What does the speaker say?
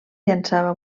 llançava